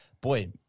boy